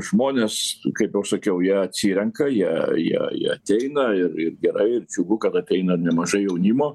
žmonės kaip jau sakiau jie atsirenka jie jie jie ateina ir ir gerai ir džiugu kad ateina ir nemažai jaunimo